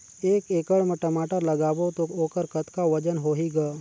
एक एकड़ म टमाटर लगाबो तो ओकर कतका वजन होही ग?